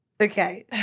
Okay